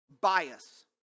bias